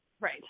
Right